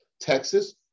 Texas